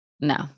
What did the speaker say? No